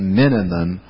minimum